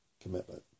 commitment